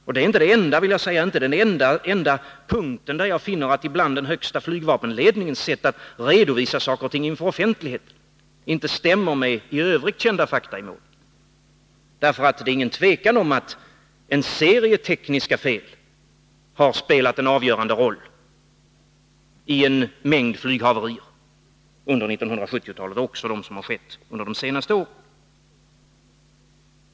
Och det är inte den enda punkten där jag finner att Om säkerheten ibland den högsta flygvapenledningens sätt att redovisa saker och ting inför — inom den militära offentligheten inte stämmer med i övrigt kända fakta i målet. Det är inget luftfarten tvivel om att en serie tekniska fel har spelat en avgörande roll i en mängd flyghaverier under 1970-talet — och också i de haverier som skett under de senaste åren.